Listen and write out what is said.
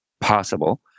possible